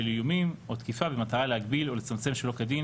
איומים או תקיפה במטרה להגביל או לצמצם שלא כדין